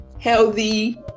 healthy